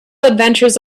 adventures